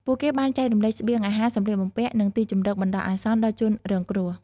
ពួកគេបានចែករំលែកស្បៀងអាហារ សំលៀកបំពាក់ និងទីជម្រកបណ្តោះអាសន្នដល់ជនរងគ្រោះ។